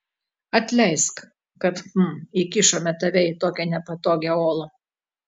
atleisk kad hm įkišome tave į tokią nepatogią olą